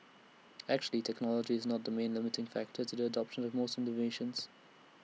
actually technology is not the main limiting factor to the adoption of most innovations